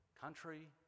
country